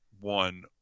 one